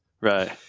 Right